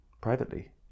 privately